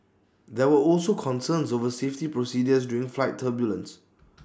there were also concerns over safety procedures during flight turbulence